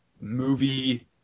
movie